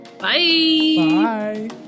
Bye